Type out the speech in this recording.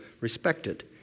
respected